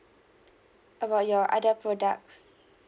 about your other products